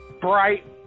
bright